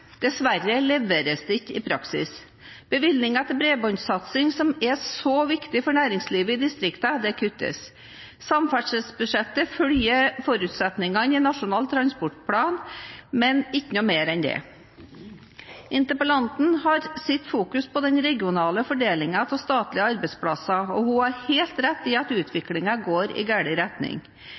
Dessverre leveres det ikke i praksis. Bevilgningene til bredbåndsatsing, som er så viktig for næringslivet i distriktene, kuttes. Samferdselsbudsjettet følger forutsetningene i Nasjonal transportplan, men ikke mer enn det. Interpellanten fokuserer på den regionale fordelingen av statlige arbeidsplasser. Hun har helt rett i at utviklingen går i gal retning,